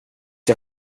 jag